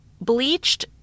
bleached